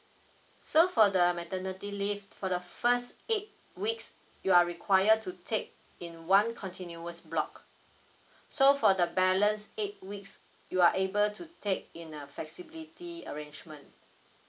so for the maternity leave for the first eight weeks you are required to take in one continuous block so for the balance eight weeks you are able to take in a flexibility arrangement